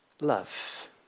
love